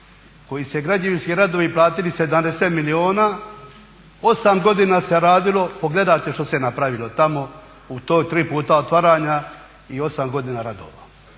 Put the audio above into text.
su se građevinski radovi platili 70 milijuna. 8 godina se radilo, pogledajte što se napravilo tamo u ta tri puta otvaranja i 8 godina radova.